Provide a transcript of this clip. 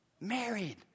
Married